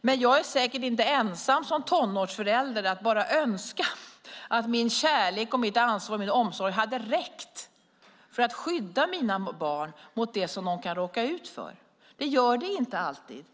Men jag är säkert inte ensam som tonårsförälder om att önska att min kärlek, mitt ansvar och min omsorg ska räcka för att skydda mina barn mot det som de kan råka ut för. Det gör det inte alltid.